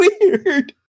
weird